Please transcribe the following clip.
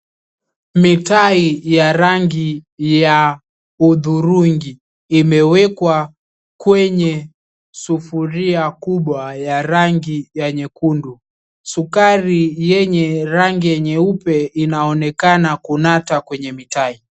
Mitai ya rangi ya hudhurungi imewekwa kwenye sufuria kubwa ya rangi ya nyekundu. Sukari yenye rangi ya nyeupe inaonekana kunata kwenye mitaa.